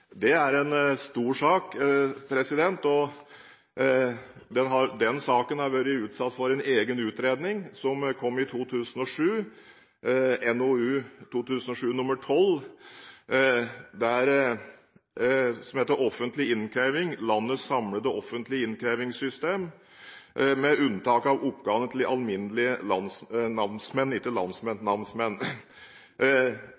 Det er en stor sak. Den saken har vært utsatt for en egen utredning som kom i 2007 – NOU 2007: 12 Offentlig innkreving, om landets samlede offentlige innkrevingssystem, med unntak av oppgavene til de alminnelige namsmenn.